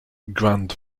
grand